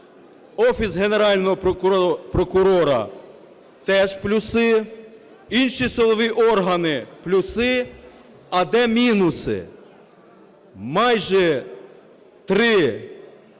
Офіс Генерального прокурора – теж плюси, інші силові органи – плюси. А де мінуси? Майже 3